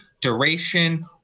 duration